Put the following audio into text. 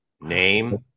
Name